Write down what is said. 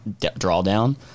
drawdown